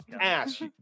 ass